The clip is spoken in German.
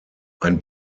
ein